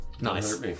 nice